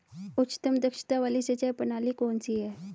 उच्चतम दक्षता वाली सिंचाई प्रणाली कौन सी है?